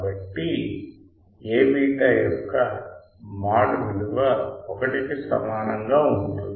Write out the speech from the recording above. కాబట్టి A𝛃 యొక్క మాడ్ విలువ 1 కి సమానము గా ఉంటుంది